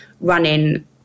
running